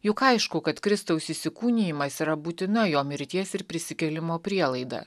juk aišku kad kristaus įsikūnijimas yra būtina jo mirties ir prisikėlimo prielaida